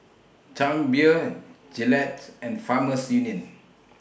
Chang Beer Gillette's and Farmers Union